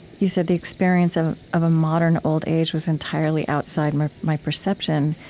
you said, the experience of of a modern old age was entirely outside my my perception.